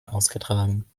ausgetragen